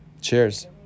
cheers